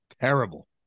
terrible